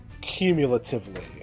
cumulatively